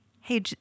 Hey